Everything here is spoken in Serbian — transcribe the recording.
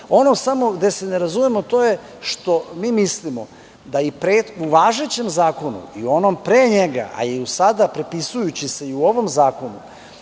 samo gde se ne razumemo to je što mi mislimo da u važećem zakonu i onom pre njega, a i sada prepisujući se, u ovom zakonu